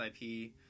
IP